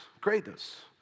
greatness